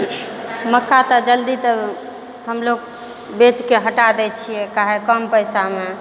मक्का तऽ जल्दी तऽ हमलोग बेच कऽ हटा दै छियै काहे कम पैसामे